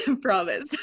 Promise